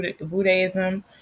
Buddhism